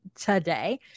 today